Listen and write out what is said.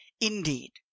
indeed